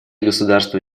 государства